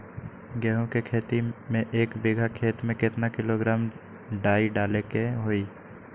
गेहूं के खेती में एक बीघा खेत में केतना किलोग्राम डाई डाले के होई?